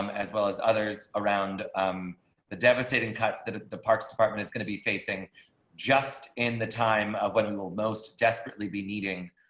um as well as others around um the devastating cuts that the parks department is going to be facing just in the time of what we and will most desperately be needing